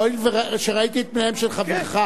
הואיל וראיתי את פניהם של חבריך,